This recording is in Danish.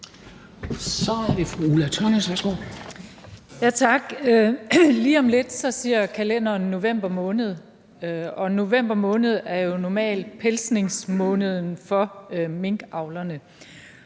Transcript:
Kl. 19:33 Ulla Tørnæs (V): Tak. Lige om lidt siger kalenderen november måned, og november måned er jo normalt pelsningsmåneden for minkavlerne.